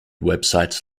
websites